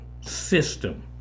system